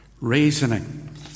Reasoning